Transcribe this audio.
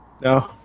No